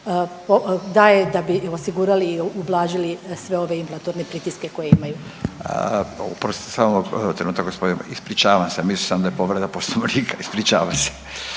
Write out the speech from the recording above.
daje da bi osigurali, ublažili sve ove inflatorne pritiske koje imaju. **Radin, Furio (Nezavisni)** Oprostite samo, ispričavam se mislio sam da je povreda Poslovnika. Ispričavam se.